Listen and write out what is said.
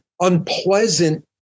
unpleasant